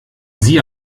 sie